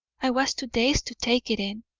i was too dazed to take it in.